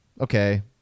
Okay